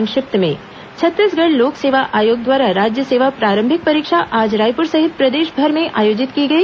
संक्षिप्त समाचार छत्तीसगढ़ लोक सेवा आयोग द्वारा राज्य सेवा प्रारंभिक परीक्षा आज रायप्र सहित प्रदेशभर में आयोजित की गई